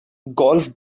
golf